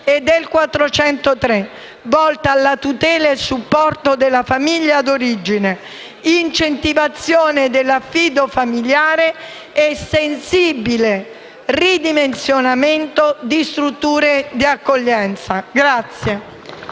civile, volta alla tutela e al supporto della famiglia d'origine, all'incentivazione dell'affido familiare e al sensibile ridimensionamento delle strutture di accoglienza.